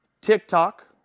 TikTok